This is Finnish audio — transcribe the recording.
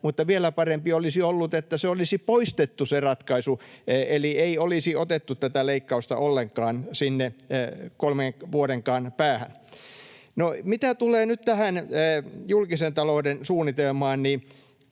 mutta vielä parempi olisi ollut, että olisi poistettu se ratkaisu eli ei olisi otettu tätä leikkausta ollenkaan, sinne kolmen vuodenkaan päähän. No, mitä tulee nyt tähän julkisen talouden suunnitelmaan,